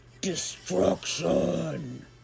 destruction